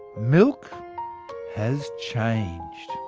milk has changed.